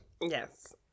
yes